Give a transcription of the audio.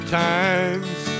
times